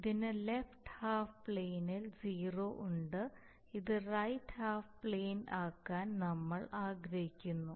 ഇതിന് left half പ്ലെയിനിൽ zero ഉണ്ട് അത് റൈറ്റ് ഹാഫ് പ്ലെയിൻ ആക്കാൻ നമ്മൾ ആഗ്രഹിക്കുന്നു